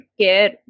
care